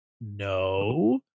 no